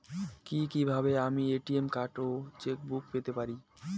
কি কিভাবে আমি এ.টি.এম কার্ড ও চেক বুক পেতে পারি?